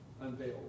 unveiled